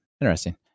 interesting